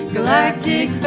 Galactic